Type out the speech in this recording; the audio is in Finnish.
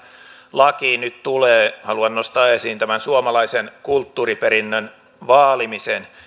lakiin nyt tulee haluan nostaa esiin tämän suomalaisen kulttuuriperinnön vaalimisen